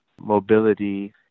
mobility